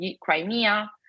crimea